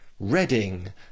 Reading